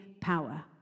power